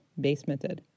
basemented